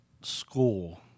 school